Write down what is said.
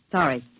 Sorry